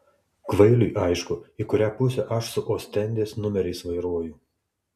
kvailiui aišku į kurią pusę aš su ostendės numeriais vairuoju